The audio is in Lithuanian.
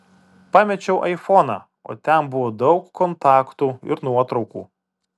pamečiau aifoną o ten buvo daug kontaktų ir nuotraukų